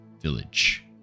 village